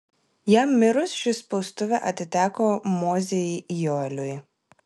jam mirus ši spaustuvė atiteko mozei joeliui